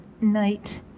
night